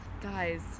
guys